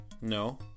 No